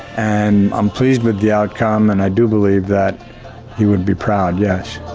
and i'm pleased with the outcome and i do believe that he would be proud, yes.